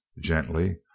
gently